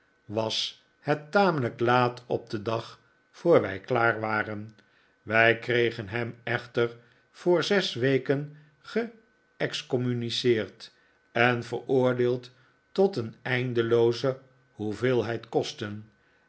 was het tamelijk laat op den dag voor wij klaar waren wij kregen hem echter voor zes weken geexcommuniceerd en veroordeeld tot een eindelooze hoeveelheid kosten